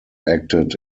acted